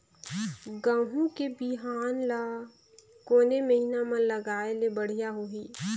गहूं के बिहान ल कोने महीना म लगाय ले बढ़िया होही?